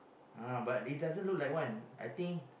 ah but it doesn't look like one I think